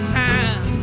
time